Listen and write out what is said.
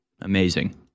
Amazing